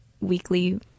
weekly